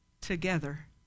together